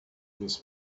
his